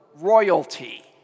royalty